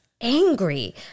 angry